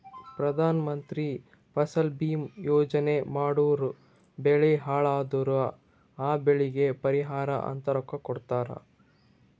ಪ್ರಧಾನ ಮಂತ್ರಿ ಫಸಲ ಭೀಮಾ ಯೋಜನಾ ಮಾಡುರ್ ಬೆಳಿ ಹಾಳ್ ಅದುರ್ ಆ ಬೆಳಿಗ್ ಪರಿಹಾರ ಅಂತ ರೊಕ್ಕಾ ಕೊಡ್ತುದ್